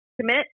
commit